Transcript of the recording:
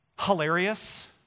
hilarious